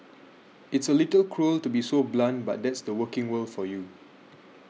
it's a little cruel to be so blunt but that's the working world for you